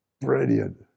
Brilliant